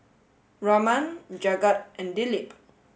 Raman Jagat and Dilip